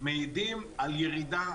מעידים על ירידה,